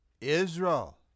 Israel